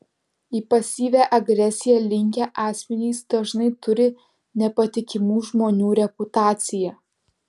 į pasyvią agresiją linkę asmenys dažnai turi nepatikimų žmonių reputaciją